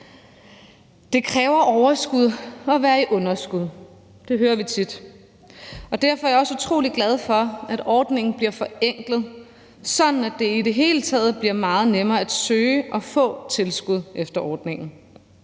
Det kræver overskud at være i underskud. Det hører vi tit, og derfor er jeg også utrolig glad for, at ordningen bliver forenklet, sådan at det i det hele taget bliver meget nemmere at søge og få tilskud efter ordningen.